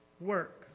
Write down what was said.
work